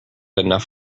enough